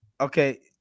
Okay